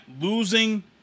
losing